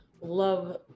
love